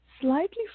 slightly